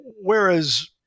whereas